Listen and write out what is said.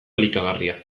elikagarria